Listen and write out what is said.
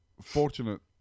fortunate